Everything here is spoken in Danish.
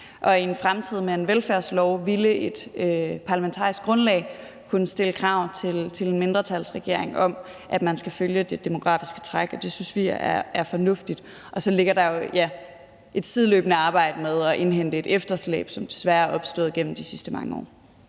i en fremtid med en velfærdslov ville det parlamentariske grundlag kunne stille krav til en mindretalsregering om, at man skal følge det demografiske træk, og det synes vi er fornuftigt. Så er der jo et sideløbende arbejde med at indhente et efterslæb, som desværre er opstået gennem de sidste mange år.